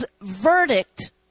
verdict